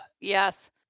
yes